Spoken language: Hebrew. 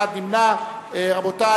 נמנע אחד.